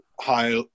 high